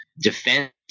defense